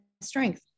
strength